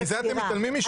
מזה אתם מתעלמים.